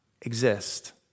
exist